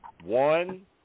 One